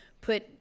put